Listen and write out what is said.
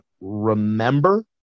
remember